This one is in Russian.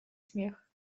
смех